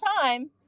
time